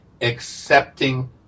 accepting